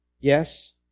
Yes